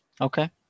Okay